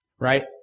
right